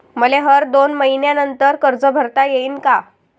मले हर दोन मयीन्यानंतर कर्ज भरता येईन का?